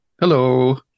Hello